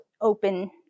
open